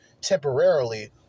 temporarily